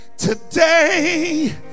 Today